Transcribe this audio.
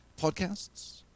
Podcasts